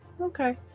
okay